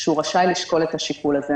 שהוא רשאי לשקול את השיקול הזה.